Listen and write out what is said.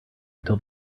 until